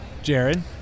Jared